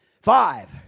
five